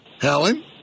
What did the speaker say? Helen